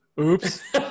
oops